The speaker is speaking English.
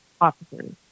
officers